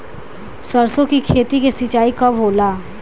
सरसों की खेती के सिंचाई कब होला?